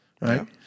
right